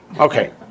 Okay